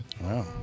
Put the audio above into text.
Wow